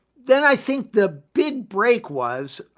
then i think the big break was,